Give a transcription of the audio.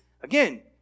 again